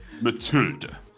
Matilda